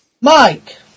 Mike